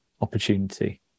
opportunity